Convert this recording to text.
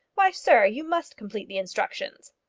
why, sir, you must complete the instructions.